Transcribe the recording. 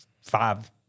five